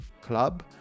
Club